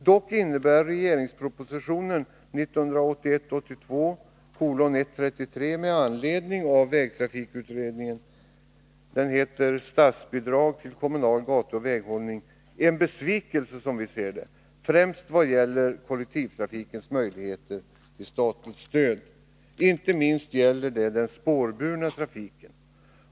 Dock innebär regeringspropositionen med anledning härav — proposition 1981/82:133 om statsbidrag till kommunal vägoch gatuhållning m.m. — som vi ser det en besvikelse främst vad gäller kollektivtrafikens möjligheter till statligt stöd. Inte minst gäller detta den spårburna trafiken.